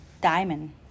diamond